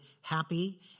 happy